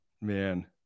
Man